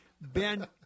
Ben